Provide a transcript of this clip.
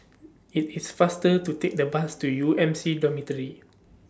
IT IS faster to Take The Bus to U M C Dormitory